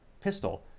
pistol